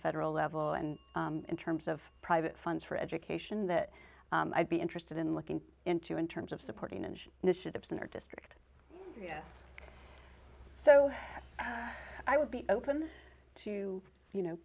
federal level and in terms of private funds for education that i'd be interested in looking into in terms of supporting and initiatives in our district so i would be open to you know